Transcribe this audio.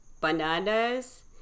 bananas